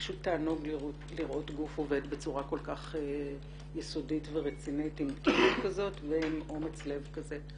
פשוט תענוג לראות גוף עובד בצורה כל כך יסודית ורצינית ועם אומץ לב כזה.